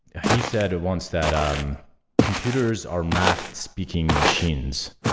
he said once that um computers are match speaking machines,